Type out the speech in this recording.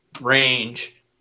range